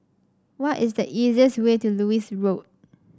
what is the easiest way to Lewis Road